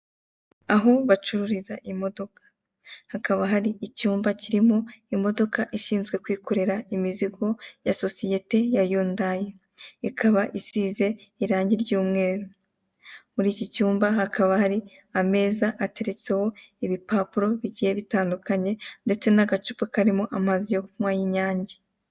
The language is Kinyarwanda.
Aho bacururiza imodoka, hakaba hari icyumba kirimo imodoka ishizwe kwikorera imizigo ya sosiyete ya Hyundai ikaba isize irangi ry'umweru muri ikicyumba hakaba hari amaze ateretseho ibipapuro bigiye bitandukanye ndetse n'agacupa karimo amazi yo kunywa y'inyange.